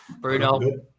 Bruno